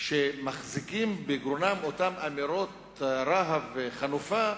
שמחזיקים בגרונם אותן אמירות רהב וחנופה,